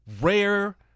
rare